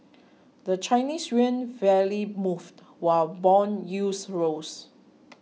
the Chinese yuan barely moved while bond yields rose